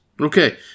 Okay